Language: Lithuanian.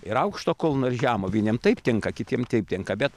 ir aukšto kulno ir žemo vieniem taip tinka kitiem taip tinka bet